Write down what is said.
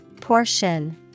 Portion